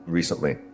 recently